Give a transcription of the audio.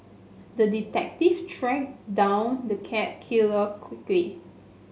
the detective tracked down the cat killer quickly